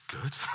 good